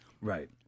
right